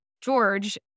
George